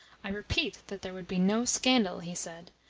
i repeat that there would be no scandal, he said.